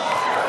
התשע"ה 2015,